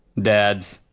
dads.